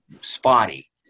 spotty